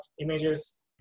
images